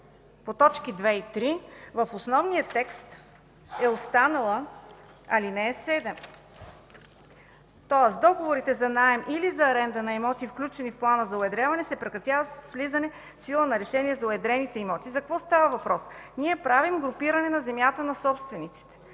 по точки 2 и 3, в основния текст е останала ал. 7. Тоест договорите за наем или за аренда на имоти, включени в плана за уедряване, се прекратяват с влизане в сила на решение за уедрените имоти. За какво става въпрос? Ние правим групиране на земята на собствениците.